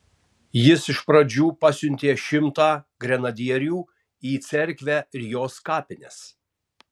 jis iš pradžių pasiuntė šimtą grenadierių į cerkvę ir jos kapines